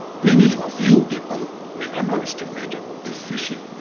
many of you people may underestimated the phishing